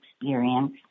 experience